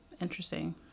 Interesting